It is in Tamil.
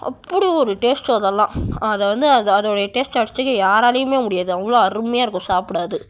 அப்படி ஒரு டேஸ்ட்டு அதெலாம் அதை வந்து அதோடைய டேஸ்ட்டை அடிச்சுக்க யாராலையுமே முடியாது அவ்வளோ அருமையாக இருக்கும் சாப்பிட அது